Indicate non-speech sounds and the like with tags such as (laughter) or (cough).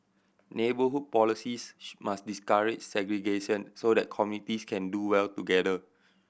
neighbourhood policies (unintelligible) must discourage segregation so that communities can do well together